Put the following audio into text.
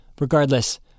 Regardless